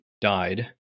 died